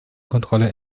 kontrolle